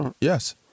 Yes